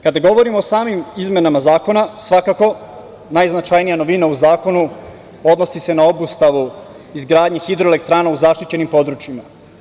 Kada govorimo o samim izmenama zakona, svakako najznačajnija novina u zakonu odnosi se na obustavu izgradnji hidroelektrana u zaštićenim područjima.